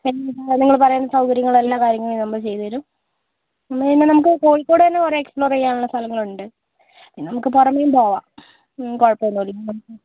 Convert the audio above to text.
പിന്നെന്താ നിങ്ങൾ പറയുന്ന സൗകര്യങ്ങളും എല്ലാ കാര്യങ്ങളും നമ്മൾ ചെയ്ത് തരും പിന്നെ നമുക്ക് കോഴിക്കോട് തന്നെ കുറെ എക്സ്പ്ലോർ ചെയ്യാൻ ഉള്ള സ്ഥലങ്ങളുണ്ട് പിന്നെ നമുക്ക് പുറമേം പോവാം കുഴപ്പോന്നുമില്ല